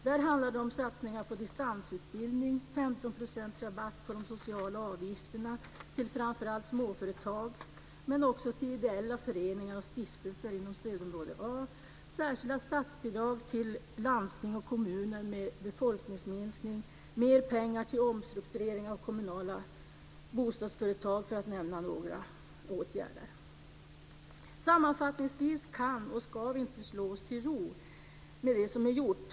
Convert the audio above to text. Där talas det om satsningar på distansutbildning, om 15 % rabatt på sociala avgifter för framför allt småföretag, men också för ideella föreningar och stiftelser inom stödområde A, om särskilda statsbidrag till landsting och kommuner med befolkningsminskning, om mer pengar till omstruktureringar av kommunala bostadsföretag - för att nämna några åtgärder. Sammanfattningsvis kan vi inte och ska vi inte slå oss till ro med det som är gjort.